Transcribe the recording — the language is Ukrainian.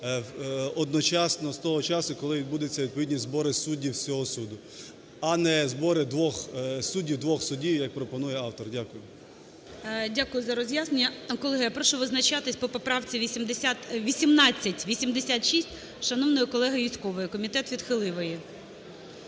одночасно з того часу, коли відбудуться відповідні збори суддів з цього суду, а не збори двох суддів, двох судів, як пропонує автор. Дякую. ГОЛОВУЮЧИЙ. Дякую за роз'яснення. Колеги, я прошу визначатися по поправці 1886 шановної колеги Юзькової, комітет відхилив її.